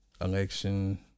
Election